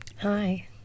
Hi